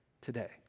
today